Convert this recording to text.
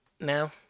now